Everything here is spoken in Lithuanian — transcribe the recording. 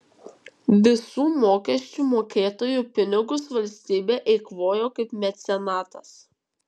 visų mokesčių mokėtojų pinigus valstybė eikvojo kaip mecenatas